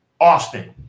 Austin